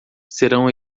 serão